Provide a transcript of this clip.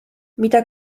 mida